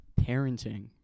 Parenting